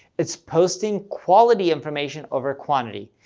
it's posting quality information over quantity.